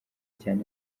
cyane